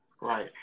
Right